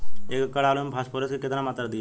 एक एकड़ आलू मे फास्फोरस के केतना मात्रा दियाला?